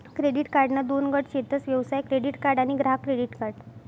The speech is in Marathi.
क्रेडीट कार्डना दोन गट शेतस व्यवसाय क्रेडीट कार्ड आणि ग्राहक क्रेडीट कार्ड